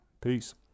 Peace